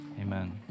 Amen